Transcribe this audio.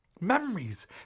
memories